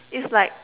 is like